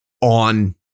on